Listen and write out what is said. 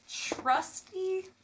trusty